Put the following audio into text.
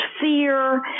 fear